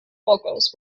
vocals